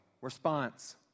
response